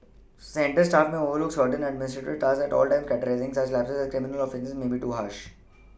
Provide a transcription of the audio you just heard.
centre staff may overlook certain administrative tasks at times and categorising such lapses as criminal offences may be too harsh